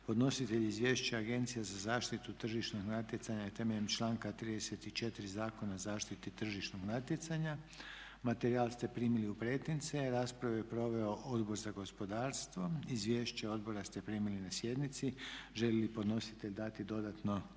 Podnositelj izvješća je Agencija za zaštitu tržišnog natjecanja temeljem članka 34. Zakona o zaštiti tržišnog natjecanja. Materijal ste primili u pretince. Raspravu je proveo Odbor za gospodarstvo. Izvješća odbora ste primili na sjednici. Želi li podnositelj dati dodatno